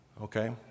Okay